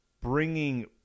bringing